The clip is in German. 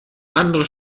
andere